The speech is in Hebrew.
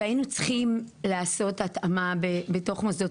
והיינו צריכים לעשות התאמה בתוך מוסדות